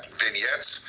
vignettes